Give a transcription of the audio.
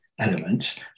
elements